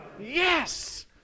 Yes